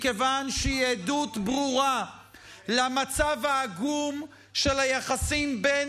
מכיוון שהיא עדות ברורה למצב העגום של היחסים בין